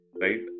right